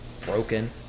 broken